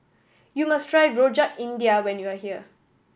you must try Rojak India when you are here